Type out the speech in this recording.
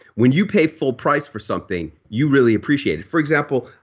when you pay full price for something you really appreciate it for example,